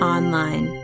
Online